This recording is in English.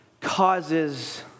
causes